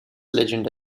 legend